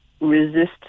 Resist